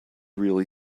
really